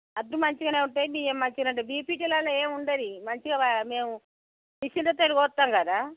వడ్లు మంచిగా ఉంటాయి బియ్యం మంచిగా ఉంటాయి బీపీటీలలో ఏమి ఉండదు మంచిగా మేము మెషిన్లోకి వెళ్ళి కోస్తాం కదా